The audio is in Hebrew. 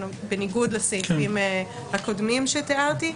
בניגוד לסעיפים הקודמים שתיארתי.